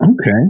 Okay